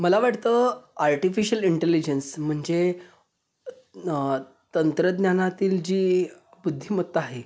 मला वाटतं artificial intelligence म्हणजे तंत्रज्ञानातील जी बुद्धिमत्ता आहे